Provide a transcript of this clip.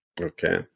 Okay